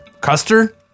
Custer